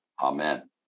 Amen